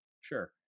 Sure